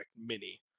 Mini